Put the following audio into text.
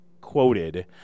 quoted